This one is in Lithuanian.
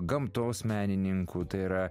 gamtos menininku tai yra